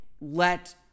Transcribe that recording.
let